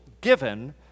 given